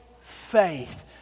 faith